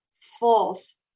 false